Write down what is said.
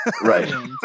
Right